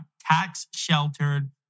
Tax-sheltered